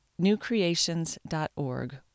newcreations.org